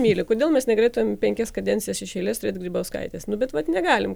myli kodėl mes negalėtumėm penkias kadencijas iš eilės turėt grybauskaitės nu bet vat negalim